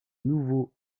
nouveau